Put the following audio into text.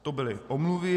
To byly omluvy.